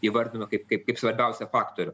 įvardino kaip kaip kaip svarbiausią faktorių